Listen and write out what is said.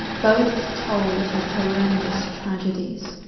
both told of horrendous tragedies,